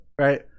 right